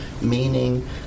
meaning